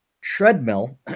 treadmill